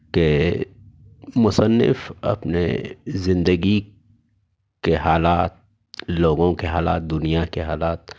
کہ مصنف اپنے زندگی کے حالات لوگوں کے حالات دنیا کے حالات